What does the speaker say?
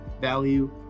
value